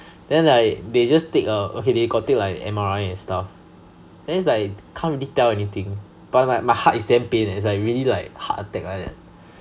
then like they just take a okay they got take like M_R_I and stuff then its like can't really tell anything but my my heart is damn pain leh it's like really like heart attack like that